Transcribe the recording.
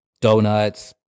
Donuts